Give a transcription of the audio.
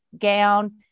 gown